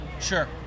Sure